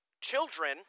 Children